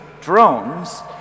drones